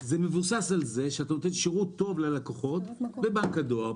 זה מבוסס על כך שאתה נותן שירות טוב ללקוחות בבנק הדואר,